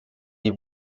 die